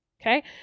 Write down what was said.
Okay